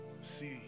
See